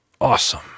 awesome